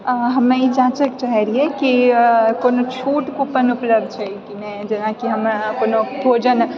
ऐं हम्मे ई जाँचैकऽ चाहै रहियै कि कोनो छूट कूपन उपलब्ध छै कि नै जेना कि हम्मे अपनो भोजन